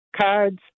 Cards